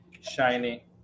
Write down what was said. shiny